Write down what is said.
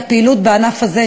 הפעילות בענף הזה,